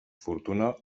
fortuna